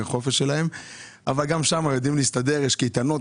החופש שלהן אבל גם שם יודעים להסתדר ויש קייטנות.